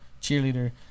cheerleader